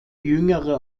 jüngere